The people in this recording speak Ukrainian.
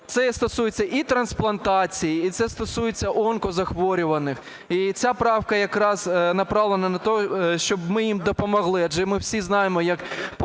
Це стосується і трансплантації, і це стосується онкохворих. І ця правка якраз направлена на те, щоб ми їм допомогли, адже ми всі знаємо як